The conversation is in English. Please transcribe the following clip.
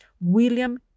William